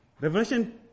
Revelation